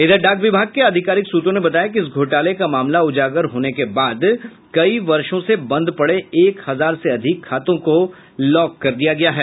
इधर डाक विभाग के अधिकारिक सूत्रों ने बताया कि इस घोटाले का मामला उजागर होने के बाद कई वर्षो से बंद पड़े एक हजार से अधिक खातों को लॉक कर दिया गया है